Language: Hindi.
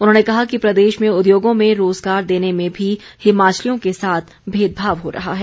उन्होंने कहा कि प्रदेश में उद्योगों में रोज़गार देने में भी हिमाचलियों के साथ भेदभाव हो रहा है